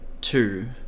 two